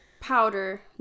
powder